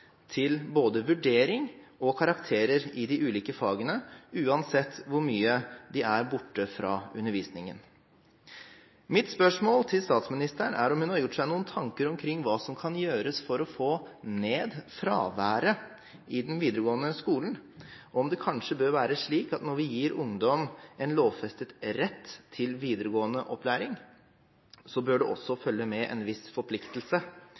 til både vurdering og karakterer i de ulike fagene uansett hvor mye de er borte fra undervisningen. Mitt spørsmål til statsministeren er om hun har gjort seg noen tanker omkring hva som kan gjøres for å få ned fraværet i den videregående skolen, om det kanskje bør være slik at når vi gir ungdom en lovfestet rett til videregående opplæring, så bør det også følge med en viss forpliktelse